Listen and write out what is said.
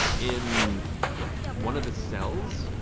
in one of the cells,